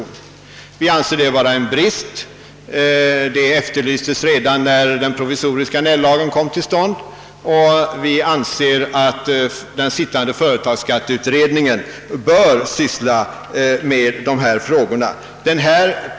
Vi anser det vara en brist, som vi påpekade redan när den provisoriska Annell-lagen kom till, och vi menar att den sittande företagsskatteutredningen bör syssla med dessa frågor.